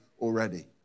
already